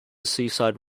seaside